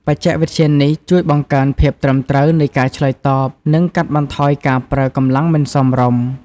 បច្ចេកវិទ្យានេះជួយបង្កើនភាពត្រឹមត្រូវនៃការឆ្លើយតប និងកាត់បន្ថយការប្រើកម្លាំងមិនសមរម្យ។